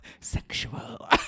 sexual